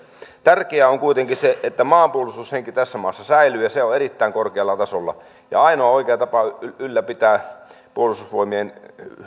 tärkeää on kuitenkin se että maanpuolustushenki tässä maassa säilyy ja se on erittäin korkealla tasolla ja ainoa oikea tapa ylläpitää